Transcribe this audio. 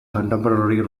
contemporary